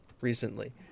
recently